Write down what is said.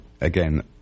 again